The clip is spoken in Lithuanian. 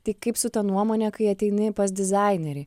tai kaip su ta nuomone kai ateini pas dizainerį